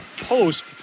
post